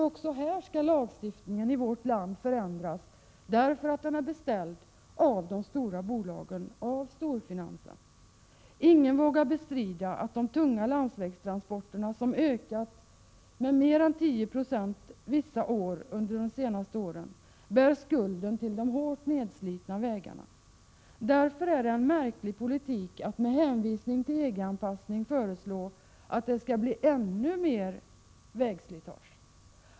Också här skall lagstiftningen i vårt land ändras. Ändringarna har bestämts av de stora bolagen, av storfinansen. Ingen vågar bestrida att de tunga landsvägstransporterna, som har ökat med mer än 10 96 vissa år under de senaste åren, bär skulden till de hårt nedslitna vägarna. Därför är det en märklig politik att med hänvisning till EG-anpassning föreslå att det skall bli ännu mer vägslitage.